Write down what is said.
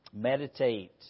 Meditate